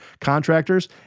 contractors